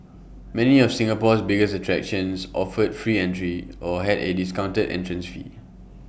many of Singapore's biggest attractions offered free entry or had A discounted entrance fee